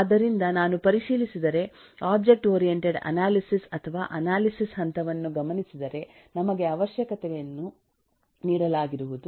ಆದ್ದರಿಂದ ನಾನು ಪರಿಶೀಲಿಸಿದರೆ ಒಬ್ಜೆಕ್ಟ್ ಓರಿಯೆಂಟೆಡ್ ಅನಾಲಿಸಿಸ್ ಅಥವಾ ಅನಾಲಿಸಿಸ್ ಹಂತವನ್ನು ಗಮನಿಸಿದರೆ ನಮಗೆ ಅವಶ್ಯಕತೆಯನ್ನು ನೀಡಲಾಗಿರುವುದು